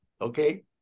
Okay